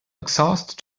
exhaust